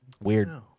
Weird